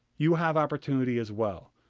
you have opportunity as well.